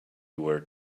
were